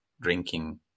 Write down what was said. drinking